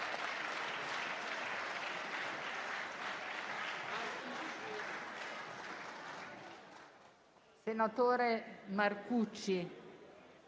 senatore Marcucci